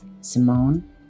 Simone